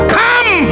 come